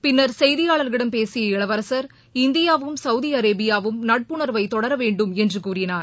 பின்னர் செய்தியாளர்களிடம் பேசிய இளவரசர் இந்தியாவும் சவுதி அரேபியாவும் நட்புணர்வை தொடர வேண்டும் என்று கூறினார்